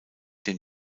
den